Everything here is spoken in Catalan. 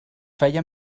feia